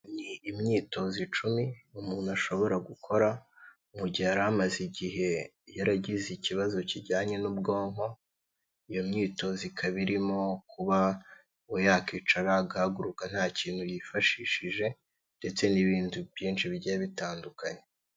Ni imyitozo icumi umuntu ashobora gukora mu gihe yari amaze igihe yaragize ikibazo kijyanye n'ubwonko iyo myitozo ikaba irimo kuba we yakwicara agahaguruka nta kintu yifashishije ndetse n'ibindi byinshi bigiye bitandukanye.